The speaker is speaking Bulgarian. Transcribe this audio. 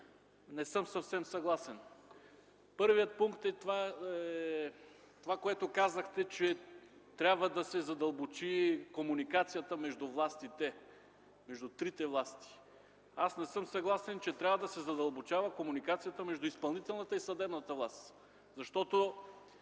не съм съвсем съгласен. Първият пункт – това, което казахте, че трябва да се задълбочи комуникацията между властите, между трите власти. Не съм съгласен, че комуникацията между изпълнителната и съдебната власт трябва